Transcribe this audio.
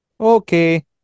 Okay